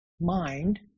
mind